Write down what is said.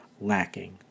lacking